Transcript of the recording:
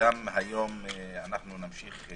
שגם היום נמשיך לדון.